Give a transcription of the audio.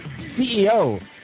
CEO